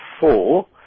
four